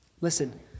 Listen